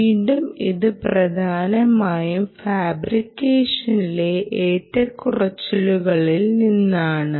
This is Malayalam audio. വീണ്ടും ഇത് പ്രധാനമായും ഫാബ്രിക്കേഷനിലെ ഏറ്റക്കുറച്ചിലുകളിൽ നിന്നാണ്